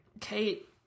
Kate